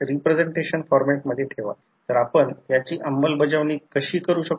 lamination प्रत्यक्षात eddy current कमी करतात म्हणूनच लॅमिनेटेड आणि सिलिकॉन स्टील हिस्टेरेसिस लॉस